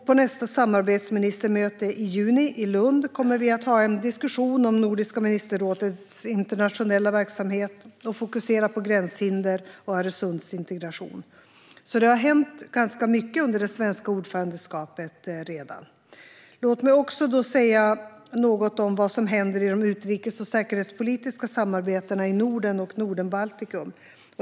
På nästa samarbetsministermöte i juni i Lund kommer vi att ha en diskussion om Nordiska ministerrådets internationella verksamhet och fokusera på gränshinder och Öresundsintegration. Det har alltså redan hänt ganska mycket under det svenska ordförandeskapet. Låt mig också säga något om vad som händer i de utrikes och säkerhetspolitiska samarbetena i Norden och Norden-Baltikum.